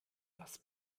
das